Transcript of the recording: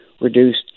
reduced